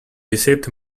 received